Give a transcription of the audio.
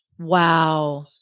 Wow